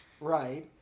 right